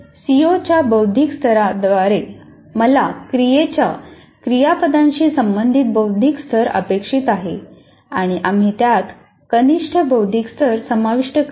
CO च्या बौद्धिक स्तराद्वारे मला क्रियेच्या क्रियापदांशी संबंधित बौद्धिक स्तर अपेक्षित आहे आणि आम्ही त्यात कनिष्ठ बौद्धिक स्तर समाविष्ट करत नाही